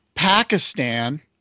pakistan